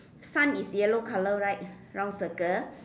sun is yellow colour right round circle